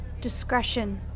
Discretion